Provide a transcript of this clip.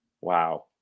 Wow